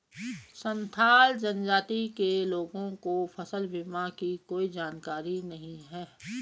संथाल जनजाति के लोगों को फसल बीमा की कोई जानकारी नहीं है